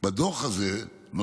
נוסף בדוח הזה הוא